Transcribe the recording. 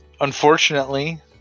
unfortunately